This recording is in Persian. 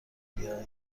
بیای